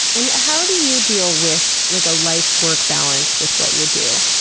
and how do you deal with like a life work balance with what you do?